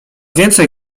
więcej